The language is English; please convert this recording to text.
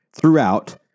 throughout